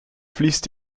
fließt